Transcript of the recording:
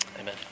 Amen